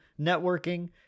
networking